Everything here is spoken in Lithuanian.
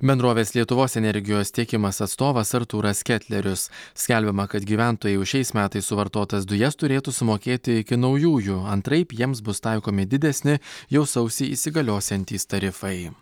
bendrovės lietuvos energijos tiekimas atstovas artūras ketlerius skelbiama kad gyventojai už šiais metais suvartotas dujas turėtų sumokėti iki naujųjų antraip jiems bus taikomi didesni jau sausį įsigaliosiantys tarifai